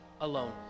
alone